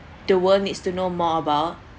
the world needs to know more about